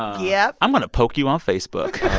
yeah i'm going to poke you on facebook